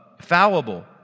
fallible